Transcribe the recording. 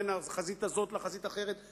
בין החזית הזאת לחזית אחרת,